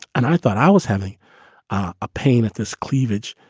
and i thought i was having a pain at this cleavage.